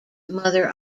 mother